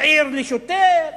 העיר לשוטר,